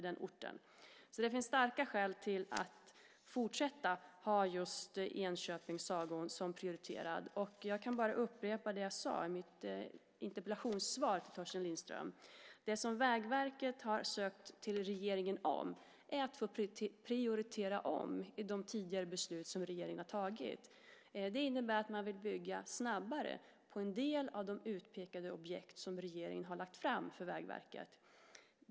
Det finns därför starka skäl att fortsätta att ha just sträckan Enköping-Sagån som prioriterad. Jag kan bara upprepa det som jag sade i mitt interpellationssvar till Torsten Lindström, nämligen att det som Vägverket har ansökt hos regeringen om är att få prioritera om i de tidigare beslut som regeringen har tagit. Det innebär att man vill bygga snabbare när det gäller en del av de utpekade objekt som regeringen har lagt fram för Vägverket.